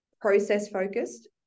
process-focused